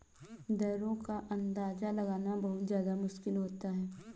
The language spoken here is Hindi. दरों का अंदाजा लगाना बहुत ज्यादा मुश्किल होता है